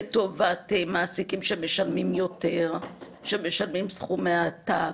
לטובת מעסיקים שמשלמים יותר, שמשלמים סכומי עתק.